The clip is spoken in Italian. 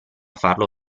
farlo